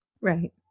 Right